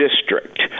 district